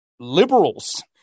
liberals